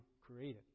created